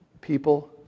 people